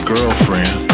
girlfriend